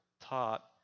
taught